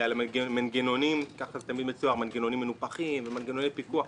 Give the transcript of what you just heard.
על מנגנונים מנופחים ומנגנוני פיקוח.